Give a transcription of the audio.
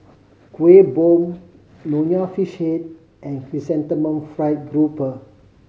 Kuih Bom Nonya Fish Head and Chrysanthemum Fried Grouper